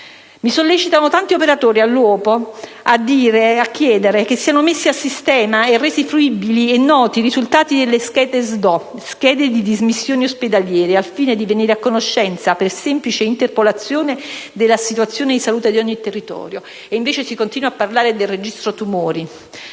il tiro. Tanti operatori mi sollecitano a chiedere che siano messi a sistema e resi fruibili e noti i risultati delle schede di dismissione ospedaliera (SDO), al fine di venire a conoscenza per semplice interpolazione della situazione di salute di ogni territorio, e invece si continua da decenni a parlare del registro tumori